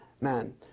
man